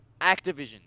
Activision